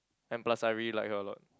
and plus I really like her a lot